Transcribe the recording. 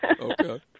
Okay